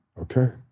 okay